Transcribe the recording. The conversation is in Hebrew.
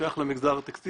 שזה שייך למגזר הטקסטיל.